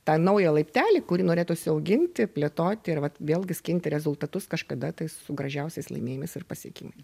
tą naują laiptelį kurį norėtųsi auginti plėtoti ir vat vėlgi skinti rezultatus kažkada tai su gražiausiais laimėjimais ir pasiekimais